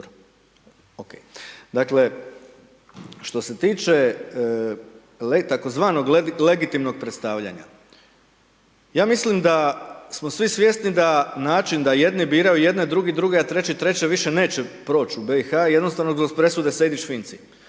što se tiče tako zvanog legitimnog predstavljanja, ja mislim da smo svi svjesni da način da jedni biraju jedne, drugi druge, a treći treće, više neće proći u BiH, jednostavno zbog presude Sejdić-Finci.